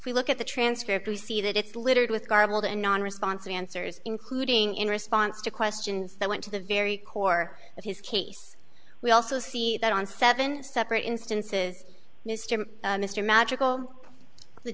we look at the transcript to see that it's littered with garbled and non responsive answers including in response to questions that went to the very core of his case we also see that on seven separate instances mr mr magical the